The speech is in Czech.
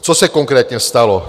Co se konkrétně stalo?